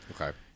Okay